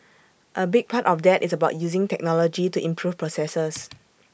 A big part of that is about using technology to improve processes